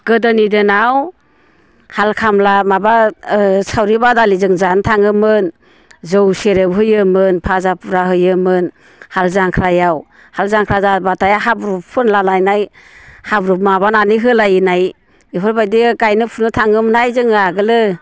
गोदोनि दिनाव हाल खामला माबा सावरि बादालि जों जानो थाङोमोन जौ सेरेब होयोमोन भाजा फुरा होयोमोन हाल जांख्रायाव हाल जांख्रा जाबाथाय हाब्रु फुनला लायनाय हाब्रु माबानानै होलायनाय बेफोरबायदि गायनो फुनो थाङोमोनहाय जोङो आगोलो